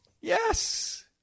Yes